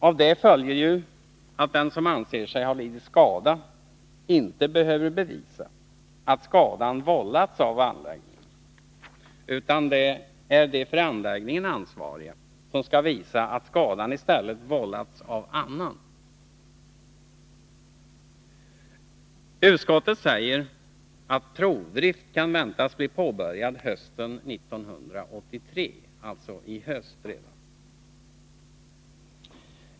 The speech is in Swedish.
Av detta följer ju att den som anser sig ha lidit skada inte behöver bevisa att skadan vållats av anläggningen, utan det är de för anläggningen ansvariga som skall visa att skadan i stället har vållats av annan. Utskottet säger att provdrift kan väntas bli påbörjad hösten 1983, alltså redan i höst.